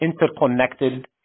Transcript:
interconnected